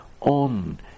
on